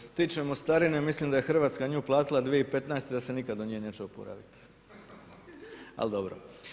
Što se tiče mostarine mislim da je Hrvatska nju platila 2015. i da se nikad od nje neće oporavit, ali dobro.